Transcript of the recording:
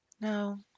Now